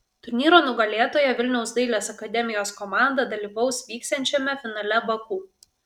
turnyro nugalėtoja vilniaus dailės akademijos komanda dalyvaus vyksiančiame finale baku